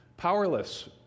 Powerless